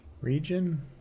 region